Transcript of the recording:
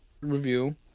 review